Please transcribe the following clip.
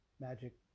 magic